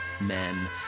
men